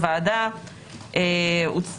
אדוני היושב-ראש,